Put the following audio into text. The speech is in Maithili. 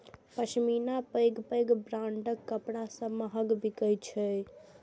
पश्मीना पैघ पैघ ब्रांडक कपड़ा सं महग बिकै छै